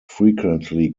frequently